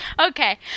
Okay